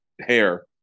hair